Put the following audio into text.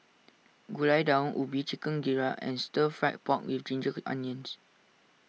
Gulai Daun Ubi Chicken Gizzard and Stir Fried Pork with Ginger Onions